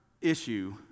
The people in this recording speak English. issue